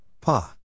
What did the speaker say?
Pa